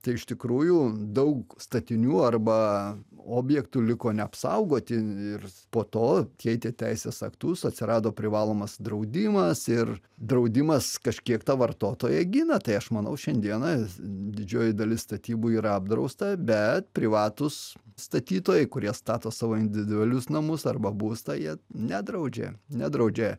tai iš tikrųjų daug statinių arba objektų liko neapsaugoti ir po to keitė teisės aktus atsirado privalomas draudimas ir draudimas kažkiek tą vartotoją gina tai aš manau šiandieną didžioji dalis statybų yra apdrausta bet privatūs statytojai kurie stato savo individualius namus arba būstą jie nedraudžia nedraudžia